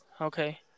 Okay